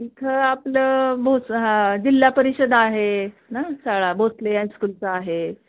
इथं आपलं भोस हा जिल्हा परिषद आहे ना शाळा भोसले हायस्कुलचं आहे